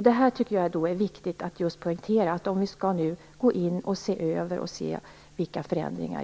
Det är viktigt att poängtera att om vi skall gå in och se över det hela, och se vilka förändringar